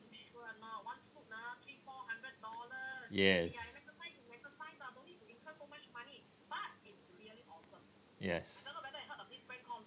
yes yes